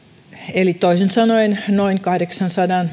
eli toisin sanoen noin kahdeksansadan